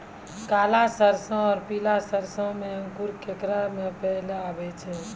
काला सरसो और पीला सरसो मे अंकुर केकरा मे पहले आबै छै?